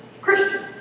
Christian